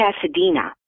Pasadena